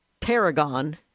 Tarragon